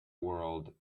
world